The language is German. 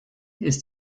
ist